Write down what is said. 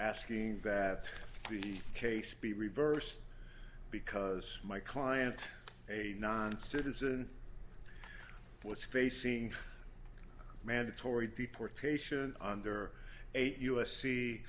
asking that the case be reversed because my client a non citizen was facing mandatory deportation under eight u